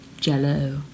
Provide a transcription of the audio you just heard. Jell-O